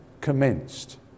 commenced